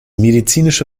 medizinische